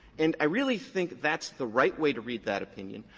and i really think that's the right way to read that opinion.